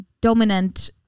dominant